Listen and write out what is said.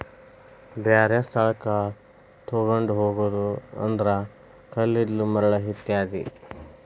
ಬ್ಯಾರೆ ಸ್ಥಳಕ್ಕ ತುಗೊಂಡ ಹೊಗುದು ಅಂದ್ರ ಕಲ್ಲಿದ್ದಲ, ಮರಳ ಇತ್ಯಾದಿ